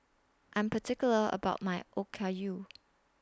I'm particular about My Okayu